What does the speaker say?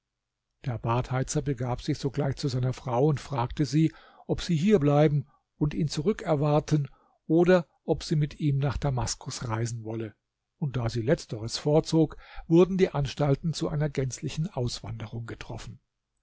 der badheizer begab sich sogleich zu seiner frau und fragte sie ob sie hierbleiben und ihn zurückerwarten oder ob sie mit ihm nach damaskus reisen wolle und da sie letzteres vorzog wurden die anstalten zu einer gänzlichen auswanderung getroffen